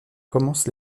commence